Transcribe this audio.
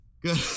Good